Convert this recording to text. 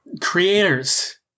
creators